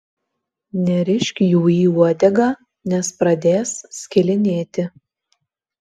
nerišk jų į uodegą nes pradės skilinėti